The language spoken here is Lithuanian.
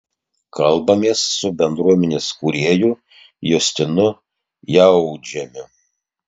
kalbamės su bendruomenės kūrėju justinu jautžemiu